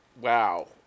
wow